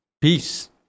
Peace